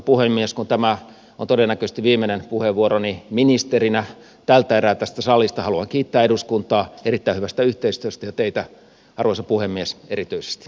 kun tämä on todennäköisesti viimeinen puheenvuoroni ministerinä tältä erää tässä salissa haluan kiittää eduskuntaa erittäin hyvästä yhteistyöstä ja teitä arvoisa puhemies erityisesti